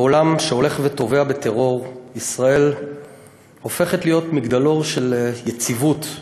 בעולם שהולך וטובע בטרור ישראל הופכת להיות מגדלור של יציבות,